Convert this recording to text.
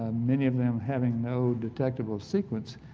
ah many of them having no detectable sequence